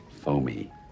foamy